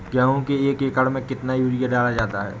गेहूँ के एक एकड़ में कितना यूरिया डाला जाता है?